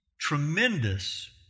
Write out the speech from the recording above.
tremendous